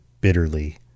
bitterly